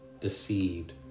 deceived